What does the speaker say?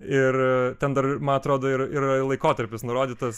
ir ten dar man atrodo ir yra laikotarpis nurodytas